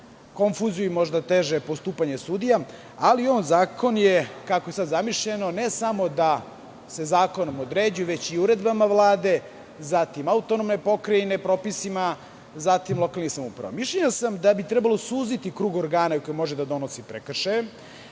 konfuziju i možda teže postupanje sudija. Kako je sada zamišljeno, ne samo da se zakonom određuje, već i uredbama Vlade, propisima autonomne pokrajine, propisima lokalnih samouprava. Mišljenja sam da bi trebalo suziti krug organa koji može da donosi prekršaje.